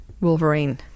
Wolverine